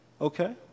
Okay